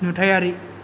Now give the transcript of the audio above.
नुथायारि